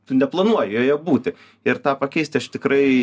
tu neplanuoji joje būti ir tą pakeisti aš tikrai